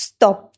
Stop